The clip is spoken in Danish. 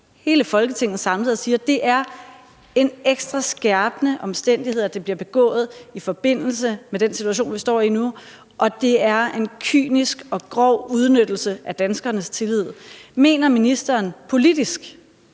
hele Folketinget samlet, og siger er en ekstra skærpende omstændighed bliver begået i forbindelse med den situation, vi står i nu, og at det er en kynisk og grov udnyttelse af danskernes tillid? Mener ministeren – politisk